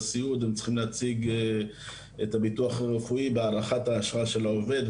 בסיעוד הם צריכים להציג את הביטוח הרפואי בהארכת האשרה של העובד,